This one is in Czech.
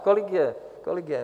Kolik je, kolik je?